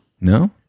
No